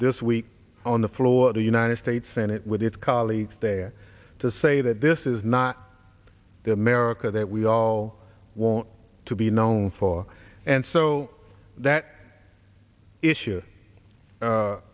this week on the floor of the united states senate with his colleagues there to say that this is not the america that we all want to be known for and so that issue